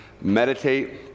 meditate